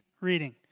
reading